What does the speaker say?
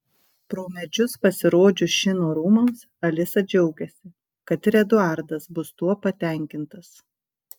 pro medžius pasirodžius šino rūmams alisa džiaugiasi kad ir eduardas bus tuo patenkintas